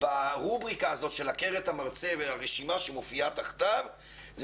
ברובריקה של "הכר את המרצה" והרשימה שמופיעה תחתיו היא